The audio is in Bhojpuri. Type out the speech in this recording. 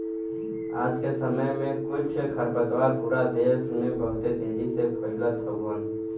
आज के समय में कुछ खरपतवार पूरा देस में बहुत तेजी से फइलत हउवन